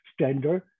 standard